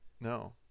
No